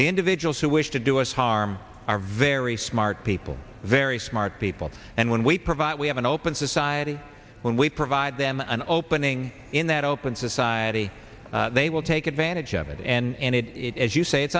the individuals who wish to do us harm are very smart people very smart people and when we provide we have an open society when we provide them an opening in that open society they will take advantage of it and it as you say it's